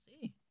see